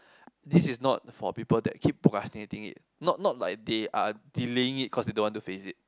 this is not for people that keep procrastinating it not not like they are delaying it cause they don't want to face it